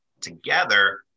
Together